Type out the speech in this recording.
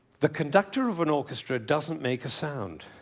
the conductor of an orchestra doesn't make a sound.